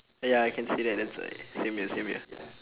ya I can say that that's like same year same year